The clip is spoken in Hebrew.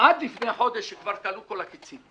עד לפני חודש כשכבר כלו כל הקיצים.